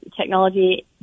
technology